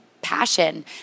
passion